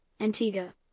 Antigua